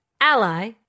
Ally